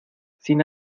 sin